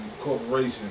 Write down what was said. corporation